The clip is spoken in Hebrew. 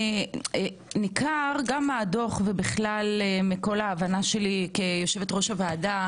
ניכר גם מהדוח ובכלל מכל ההבנה שלי כיושבת-ראש הוועדה,